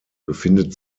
befindet